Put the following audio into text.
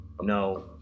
No